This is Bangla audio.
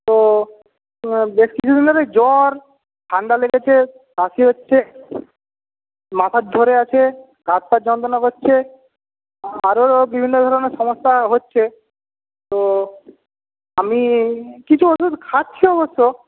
তো বেশ কিছু দিন ধরেই জ্বর ঠান্ডা লেগেছে কাশি হচ্ছে মাথা ধরে আছে গা হাত পা যন্ত্রণা করছে আরও বিভিন্ন ধরনের সমস্যা হচ্ছে তো আমি কিছু ওষুধ খাচ্ছি অবশ্য